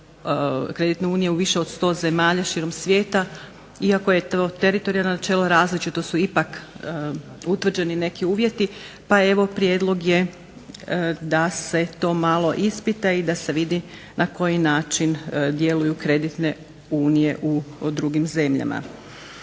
kreditna unija u više od 100 zemalja širom svijeta. Iako je to teritorijalno načelo različito su ipak utvrđeni neki uvjeti. Pa evo prijedlog je da se to malo ispita i da se vidi na koji način djeluju kreditne unije u drugim zemljama.